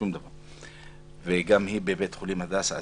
גם היא בבית חולים הדסה,